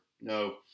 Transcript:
No